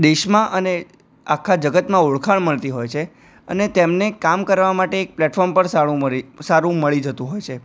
દેશમાં અને આખા જગતમાં ઓળખાણ મળતી હોય છે અને તેમને કામ કરવા માટે એક પ્લેટફોર્મ પણ સારું મરી સારું મળી જતું હોય છે